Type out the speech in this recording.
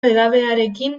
edabearekin